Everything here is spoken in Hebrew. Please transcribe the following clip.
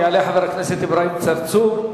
יעלה חבר הכנסת אברהים צרצור,